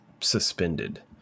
suspended